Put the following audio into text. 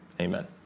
amen